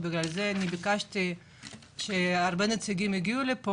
ביקשתי שיגיעו לכאן הרבה נציגים.